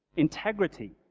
integrity.